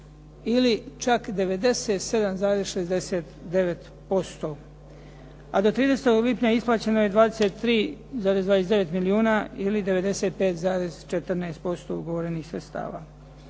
ili čak 97,69%. A do 30. lipnja isplaćeno je 23,29 milijuna ili 95,14% ugovorenih sredstava.